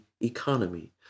economy